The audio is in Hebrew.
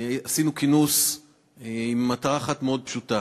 עשינו כינוס עם מטרה אחת מאוד פשוטה: